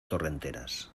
torrenteras